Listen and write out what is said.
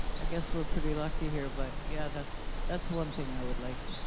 i guess we are pretty lucky her but yeah that's that's one thing i would like.